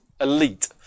elite